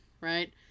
right